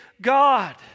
God